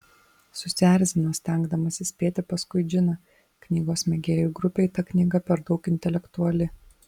susierzino stengdamasi spėti paskui džiną knygos mėgėjų grupei ta knyga per daug intelektuali